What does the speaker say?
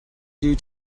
due